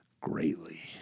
greatly